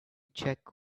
check